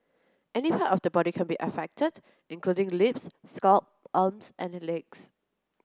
any part of the body can be affected including lips scalp arms and legs